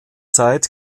zeit